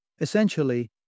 Essentially